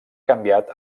canviat